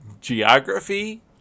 geography